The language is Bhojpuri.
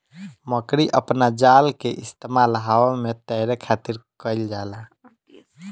मकड़ी अपना जाल के इस्तेमाल हवा में तैरे खातिर कईल जाला